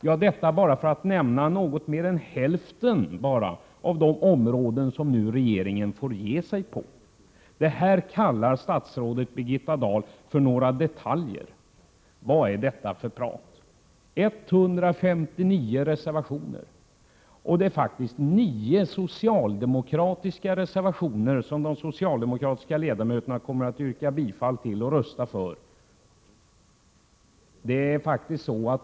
Jag har bara nämnt hälften av de områden där regeringen måste ge sig. Det här kallar statsrådet Birgitta Dahl för några detaljer. Vad är detta för prat? 159 reservationer varav faktiskt 9 socialdemokratiska reservationer som de socialdemokratiska ledamöterna kommer att yrka bifall till.